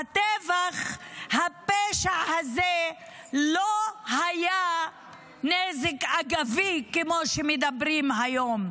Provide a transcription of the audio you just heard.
הטבח, הפשע הזה לא היה נזק אגבי כמו שאומרים היום,